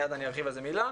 מיד אני ארחיב על זה מילה.